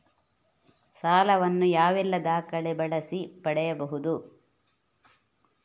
ಸಾಲ ವನ್ನು ಯಾವೆಲ್ಲ ದಾಖಲೆ ಬಳಸಿ ಪಡೆಯಬಹುದು?